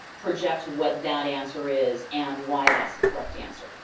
project what that answer is and why that's the correct answer.